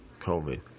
covid